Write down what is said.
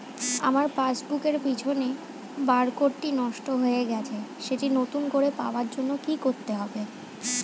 আমার পাসবুক এর পিছনে বারকোডটি নষ্ট হয়ে গেছে সেটি নতুন করে পাওয়ার জন্য কি করতে হবে?